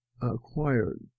acquired